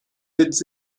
êtes